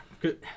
good